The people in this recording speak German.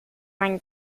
man